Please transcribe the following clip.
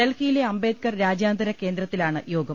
ഡൽഹിയിലെ അംബേദ്കർ രാജ്യാന്തര കേന്ദ്രത്തിലാണ് യോഗം